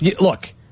look